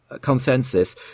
consensus